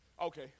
Okay